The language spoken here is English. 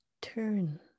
turn